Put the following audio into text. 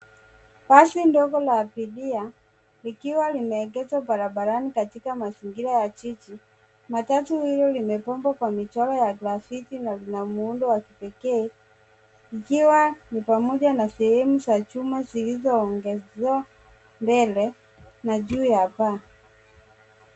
Basi ndogo la abiria likiwa limeegeshwa barabarani katika mazingira ya jiji. Matatu hilo limepambwa kwa michoro ya grafiti na lina muundo wa kipekee likiwa ni pamoja na sehemu za chuma zilizoongezewa mbele na juu ya paa.